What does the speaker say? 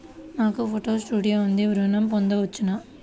నాకు photo studio ఉంది ఋణం పొంద వచ్చునా?